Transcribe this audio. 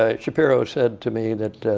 ah shapiro said to me that